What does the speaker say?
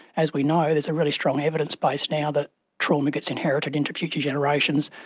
as we know, there's a really strong evidence-base now that trauma gets inherited into future generations.